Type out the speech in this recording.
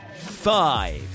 Five